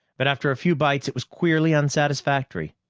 but after a few bites, it was queerly unsatisfactory.